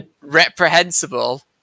reprehensible